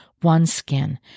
OneSkin